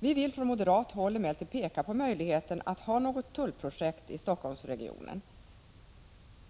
Vi vill från moderat håll emellertid peka på möjligheten att ha något tullprojekt i Helsingforssregionen.